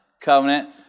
covenant